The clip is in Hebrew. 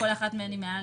מי נגד?